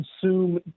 consume